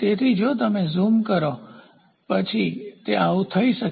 તેથી જો તમે ઝૂમ કરો પછી તે આ જેવું થઈ શકે